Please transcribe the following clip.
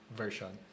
version